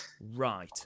Right